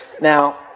Now